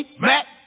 Mac